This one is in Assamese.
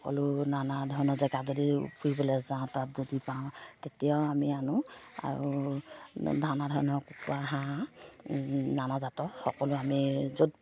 সকলো নানা ধৰণৰ জেগা যদি ফুৰিবলৈ যাওঁ তাত যদি পাওঁ তেতিয়াও আমি আনো আৰু নানা ধৰণৰ কুকুৰা হাঁহ নানাজাতৰ সকলো আমি য'ত